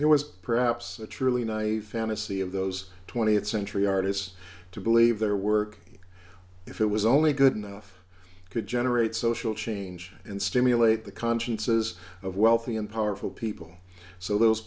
there was perhaps a truly naive fantasy of those twentieth century artists to believe their work if it was only good enough could generate social change and stimulate the consciences of wealthy and powerful people so those